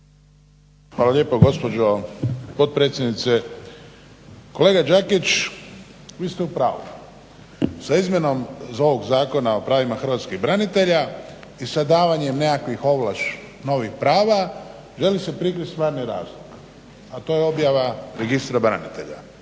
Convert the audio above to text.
Hvala lijepo gospođo potpredsjednice. Kolega Đakić vi ste u pravu. Sa izmjenom ovog Zakona o pravima hrvatskih branitelja i sa davanjem nekakvih ovlaš novih prava želi se prikriti stvarni razlog, a to je objava Registra branitelja.